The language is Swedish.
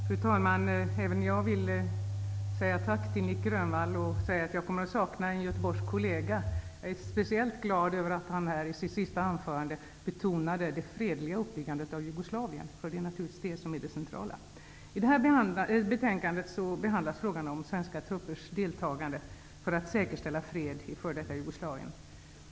Fru talman! Även jag vill säga tack till Nic Grönvall. Jag kommer att sakna en göteborgsk kollega. Jag är speciellt glad över att han i sitt sista anförande betonade det fredliga uppbyggandet av Jugoslavien. Det är naturligtvis det som är det centrala. I detta betänkande behandlas frågan om svenska truppers deltagande för att säkerställa fred i f.d. Jugoslavien.